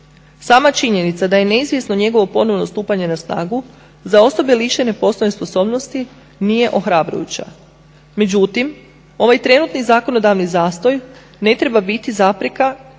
Sama činjenica da je neizvjesno njegovo ponovno stupanje na snagu za osobe lišene poslovne sposobnosti nije ohrabrujuća. Međutim, ovaj trenutni zakonodavni zastoj ne treba biti zapreka